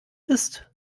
ist